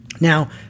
Now